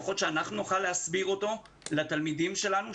לפחות שאנחנו נוכל להסביר אותו לתלמידים שלנו,